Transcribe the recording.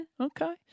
Okay